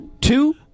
Two